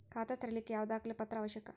ಖಾತಾ ತೆರಿಲಿಕ್ಕೆ ಯಾವ ದಾಖಲೆ ಪತ್ರ ಅವಶ್ಯಕ?